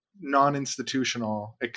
non-institutional